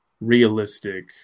realistic